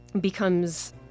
becomes